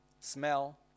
smell